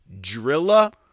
Drilla